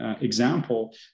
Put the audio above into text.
example